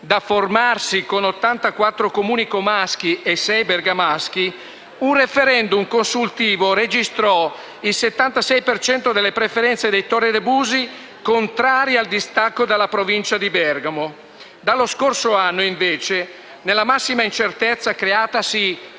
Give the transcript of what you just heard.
da formarsi con 84 Comuni comaschi e sei bergamaschi, un *referendum* consultivo registrò il 76 per cento delle preferenze dei torrebusini contrari al distacco dalla Provincia di Bergamo. Dallo scorso anno, invece, nella massima incertezza creatasi